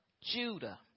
Judah